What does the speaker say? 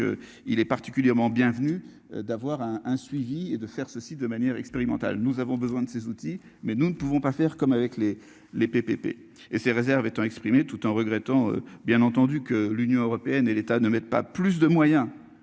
il est particulièrement bienvenue d'avoir un, un suivi et de faire ceci de manière expérimentale. Nous avons besoin de ces outils mais nous ne pouvons pas faire comme avec les les PPP et ses réserves étant tout en regrettant bien entendu que l'Union européenne et l'État ne mettent pas plus de moyens